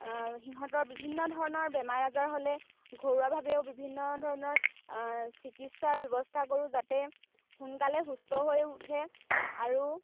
সিহঁতৰ বিভিন্ন ধৰণৰ বেমাৰ আজাৰ হ'লে ঘৰুৱাভাৱেও বিভিন্ন ধৰণৰ চিকিৎসাৰ ব্যৱস্থা কৰোঁ যাতে সোনকালে সুস্থ হৈ উঠে আৰু